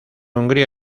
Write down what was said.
hungría